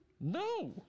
No